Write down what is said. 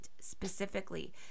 specifically